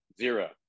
zero